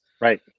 Right